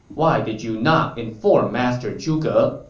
why did you not inform master zhuge?